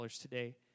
today